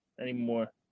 anymore